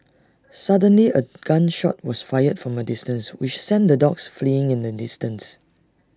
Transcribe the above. suddenly A gun shot was fired from A distance which sent the dogs fleeing in an instant